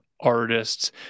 artists